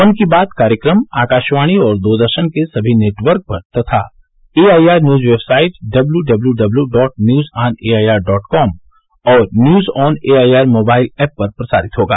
मन की बात कार्यक्रम आकाशवाणी और दूरदर्शन के सभी नेटवर्क पर तथा AIR news website W W W dot news on AIR dot com और news on AIR mobile app पर प्रसारित होगा